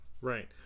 right